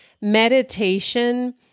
meditation